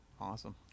awesome